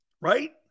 right